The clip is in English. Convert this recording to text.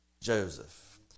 Joseph